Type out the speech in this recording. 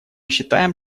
считаем